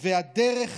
והדרך